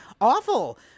awful